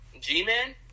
G-Man